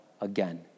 again